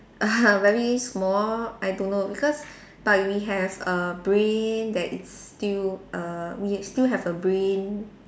very small I don't know because like we have a brain that is still err we still have a brain